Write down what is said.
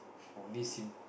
only sim~